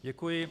Děkuji.